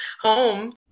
home